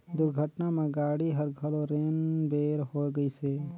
दुरघटना म गाड़ी हर घलो रेन बेर होए गइसे